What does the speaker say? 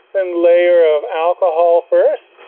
thin layer of alcohol first.